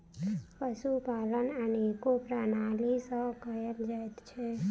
पशुपालन अनेको प्रणाली सॅ कयल जाइत छै